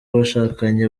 abashakanye